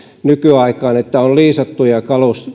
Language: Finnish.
nykyaikaan että on liisattuja